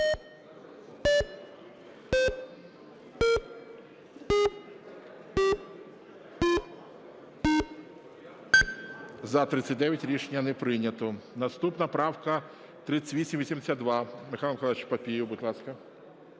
За-39 Рішення не прийнято. Наступна правка 3882. Михайло Миколайович Папієв, будь ласка.